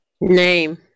Name